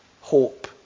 hope